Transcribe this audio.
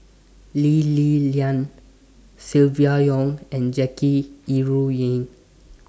Lee Li Lian Silvia Yong and Jackie Yi Ru Ying